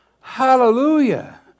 Hallelujah